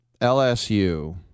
LSU